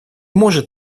может